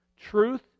truth